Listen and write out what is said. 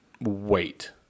wait